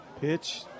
Pitch